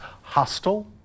hostile